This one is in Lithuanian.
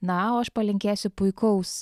na o aš palinkėsiu puikaus